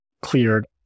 cleared